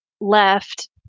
left